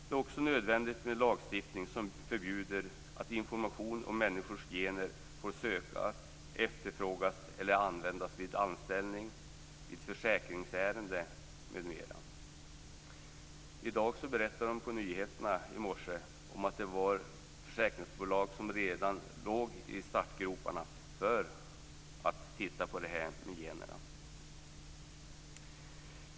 Det är också nödvändigt med lagstiftning som förbjuder att information om människors gener får sökas, efterfrågas eller användas vid anställning, vid försäkringsärende m.m. I morse berättade de på nyheterna att försäkringsbolag redan ligger i startgroparna och vill titta på folks gener.